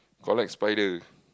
collect spider